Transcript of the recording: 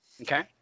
Okay